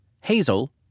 Hazel